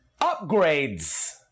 upgrades